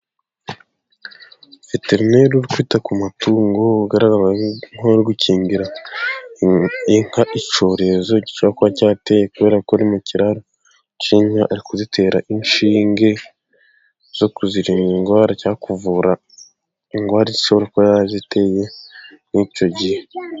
Veterineri uri kwita ku matungo, ugaragara nk'uri gukingira inka icyorezo gishobora kuba cyateye, kubera ko ari mu kiraro cy'inka ari kuzitera inshinge zo kuzirinda indwara, cyangwa kuvura indwara ishobora kuba yaziteye muri icyo gihe.